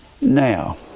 Now